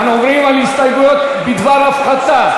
אנחנו עוברים להסתייגויות בדבר הפחתה